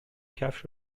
کفش